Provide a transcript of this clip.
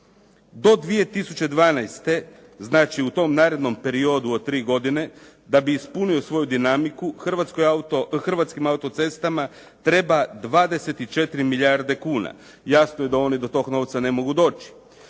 do 2012., znači u tom narednom periodu od 3 godine da bi ispunio svoju dinamiku, Hrvatskim autocestama treba 24 milijarde kuna. Jasno je da oni do tog novca ne mogu doći.